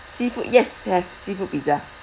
seafood yes have seafood pizza